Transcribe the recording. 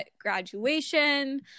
graduation